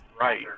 Right